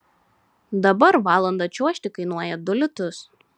dabar valandą čiuožti kainuoja du litus